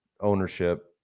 ownership